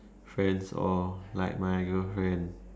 friends or like my girlfriend